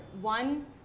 One